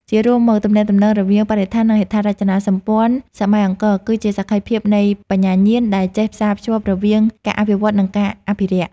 ជារួមមក ទំនាក់ទំនងរវាងបរិស្ថាន និងហេដ្ឋារចនាសម្ព័ន្ធសម័យអង្គរ គឺជាសក្ខីភាពនៃបញ្ញាញាណដែលចេះផ្សារភ្ជាប់រវាងការអភិវឌ្ឍ និងការអភិរក្ស។